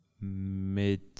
mid